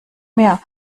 mehr